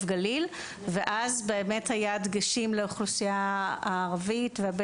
גליל ואז באמת היו דגשים לאוכלוסייה הערבית ולאוכלוסייה